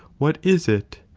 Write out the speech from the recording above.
what is it?